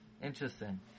Interesting